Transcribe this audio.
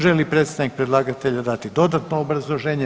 Želi li predstavnik predlagatelja dati dodatno obrazloženje?